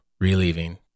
relieving